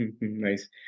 nice